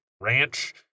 ranch